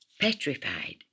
petrified